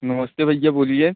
नमस्ते भईया बोलिए